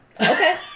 okay